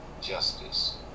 Justice